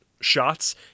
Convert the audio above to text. shots